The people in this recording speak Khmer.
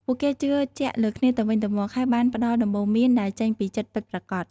ពួកគេជឿជាក់លើគ្នាទៅវិញទៅមក ហើយបានផ្តល់ដំបូន្មានដែលចេញពីចិត្តពិតប្រាកដ។